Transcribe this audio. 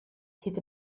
hyd